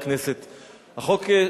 וזה יידון בוועדת החוץ והביטחון.